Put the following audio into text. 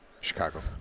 Chicago